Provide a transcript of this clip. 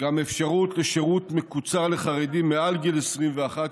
גם אפשרות לשירות מקוצר לחרדים מעל גיל 21,